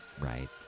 Right